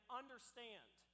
understand